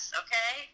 okay